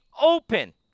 open